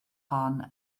hon